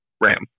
RAM